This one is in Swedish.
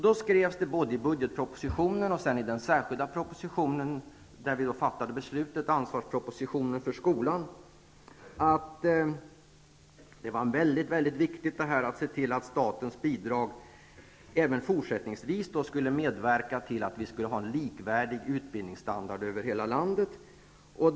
Det skrevs både i budgetpropositionen och i den särskilda proposition om ansvaret för skolan som kom innan vi fattade beslutet, att det var mycket viktigt att se till att statens bidrag även fortsättningsvis skulle medverka till en likvärdig utbildningsstandard över hela landet.